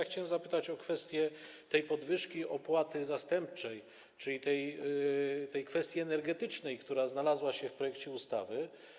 Chciałbym zapytać o kwestię podwyżki opłaty zastępczej, czyli o kwestię energetyczną, która znalazła się w projekcie ustawy.